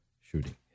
shooting